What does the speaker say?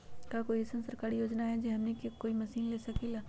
का कोई अइसन सरकारी योजना है जै से हमनी कोई मशीन ले सकीं ला?